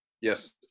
Yes